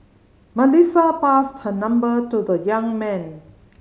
Melissa passed her number to the young man